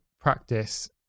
practice